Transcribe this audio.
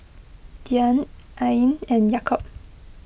Dian Ain and Yaakob